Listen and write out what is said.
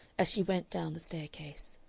as she went down the staircase.